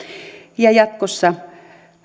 ja jatkossa